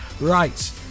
Right